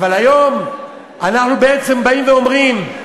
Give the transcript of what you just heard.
אבל היום אנחנו בעצם באים ואומרים: